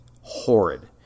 horrid